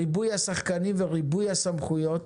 ריבוי השחקנים וריבוי הסמכויות